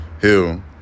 Hill